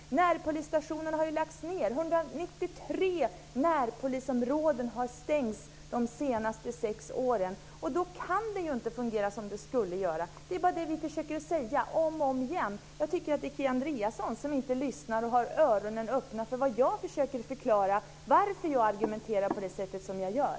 Närpolisstationerna har ju lagts ned. 193 närpolisområden har stängts de senaste sex åren, och då kan det inte fungera som det skulle göra. Det är bara det vi försöker säga om och om igen. Jag tycker att det är Kia Andreasson som inte lyssnar och har öronen öppna. Jag försöker förklara varför jag argumenterar på det sätt som jag gör.